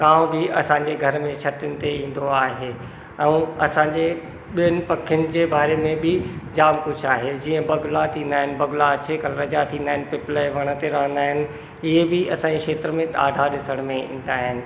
कांउ बि असांजी घर में छतुनि ते ईंदो आहे ऐं असांजे ॿियनि पखीयुनि जे बारे में बि जाम कुझु आहे जीअं बगुला थींदा आहिनि बगुला अछे कलर जा हूंदा आहिनि पिपल जे वण ते रहंदा आहिनि इहे बि असांजी क्षेत्र में ॾाढा ॾिसण में ईंदा आहिनि